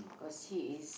cause he is